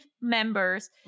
members